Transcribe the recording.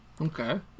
Okay